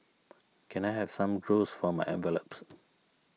can I have some glues for my envelopes